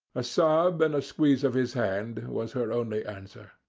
a sob and a squeeze of his hand was her only answer.